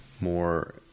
more